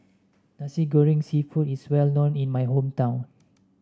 Nasi Goreng seafood is well known in my hometown